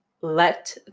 let